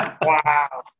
wow